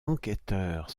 enquêteurs